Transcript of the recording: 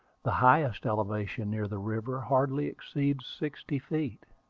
the highest elevation near the river hardly exceeds sixty feet.